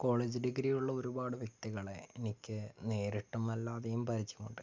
college ഡിഗ്രിയുള്ള ഒരുപാട് വ്യക്തികളെ എനിക്ക് നേരിട്ടും അല്ലാതെയും പരിചയമുണ്ട്